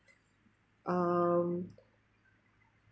um